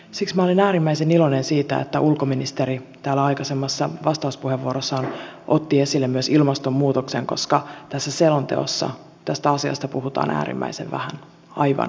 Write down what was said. siksi minä olin äärimmäisen iloinen siitä että ulkoministeri täällä aikaisemmassa vastauspuheenvuorossaan otti esille myös ilmastonmuutoksen koska tässä selonteossa tästä asiasta puhutaan äärimmäisen vähän aivan liian vähän